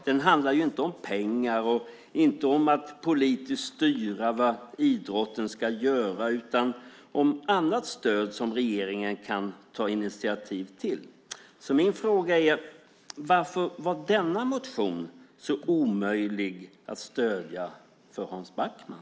Den handlar inte om pengar och inte om att politiskt styra vad idrotten ska göra utan om annat stöd som regeringen kan ta initiativ till. Varför var denna motion så omöjlig att stödja för Hans Backman?